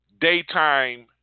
daytime